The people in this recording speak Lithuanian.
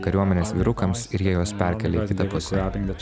kariuomenės vyrukams ir jie juos perkėlė į kitą pusę